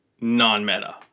non-meta